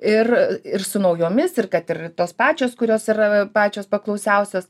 ir ir su naujomis ir kad ir tos pačios kurios yra pačios paklausiausios